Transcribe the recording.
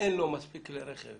אין מספיק כלי רכב